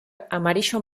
amarillo